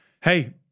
Hey